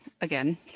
again